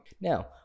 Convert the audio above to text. Now